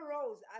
Rose